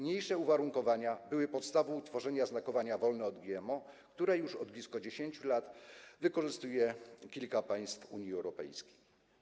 Niniejsze uwarunkowania były podstawą utworzenia oznakowania „wolne od GMO”, które już od blisko 10 lat wykorzystuje kilka państw Unii Europejskiej.